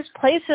places